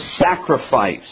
sacrifice